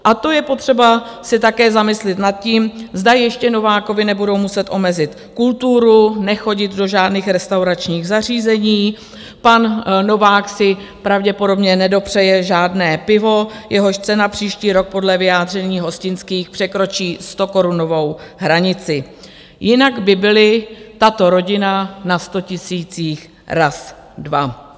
A to je potřeba se také zamyslet nad tím, zda ještě Novákovi nebudou muset omezit kulturu, nechodit do žádných restauračních zařízení, pan Novák si pravděpodobně nedopřeje žádné pivo, jehož cena příští rok podle vyjádření hostinských překročí stokorunovou hranici jinak by byla tato rodina na 100 000 raz dva.